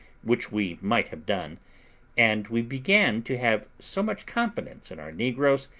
which we might have done and we began to have so much confidence in our negroes,